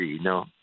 no